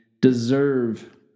deserve